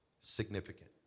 significant